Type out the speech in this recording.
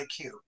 IQ